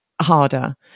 harder